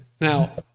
Now